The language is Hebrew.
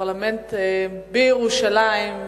בפרלמנט בירושלים.